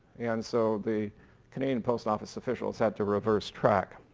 and so the canadian post office officials had to reverse track.